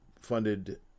funded